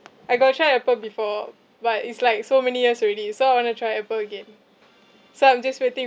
I got try Apple before but it's like so many years already so I want to try Apple again so I'm just waiting